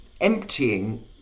emptying